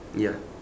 ya